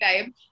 time